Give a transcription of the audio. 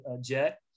jet